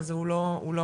אז הוא לא מספיק,